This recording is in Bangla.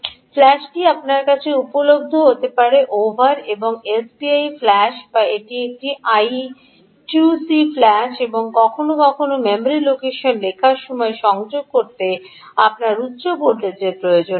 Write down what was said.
ফ্ল্যাশটি আপনার কাছে উপলব্ধ থাকতে পারে ওভার এবং এসপিআই ফ্ল্যাশ বা একটি I 2 C ফ্ল্যাশ এবং কখনও কখনও মেমরি লোকেশন লেখার সময় সংযোগ করতে আপনার উচ্চ ভোল্টেজের প্রয়োজন হবে